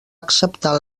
acceptar